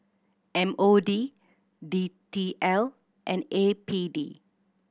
M O D D T L and A P D